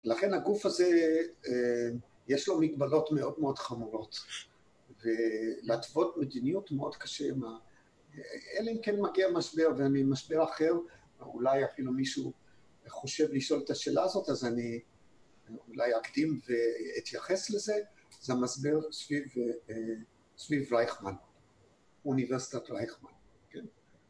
לכן הגוף הזה יש לו מגבלות מאוד מאוד חמורות ולהתוות מדיניות מאוד קשה, אלא אם כן מגיע משבר וממשבר אחר אולי אפילו מישהו חושב לשאול את השאלה הזאת, אז אני אולי אקדים ואתייחס לזה זה המשבר סביב רייכמן, אוניברסיטת רייכמן. כן.